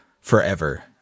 forever